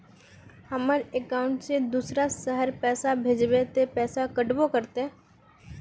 हमर अकाउंट से दूसरा शहर पैसा भेजबे ते पैसा कटबो करते?